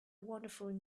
wonderful